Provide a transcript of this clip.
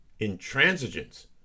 intransigence